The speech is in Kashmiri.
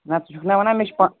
نہ ژٕ چھُکھ نا ونان مےٚ چھِ پَے